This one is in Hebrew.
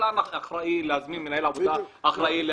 הקבלן אחראי להזמין מנהל עבודה אחראי,